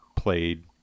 played